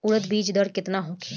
उरद बीज दर केतना होखे?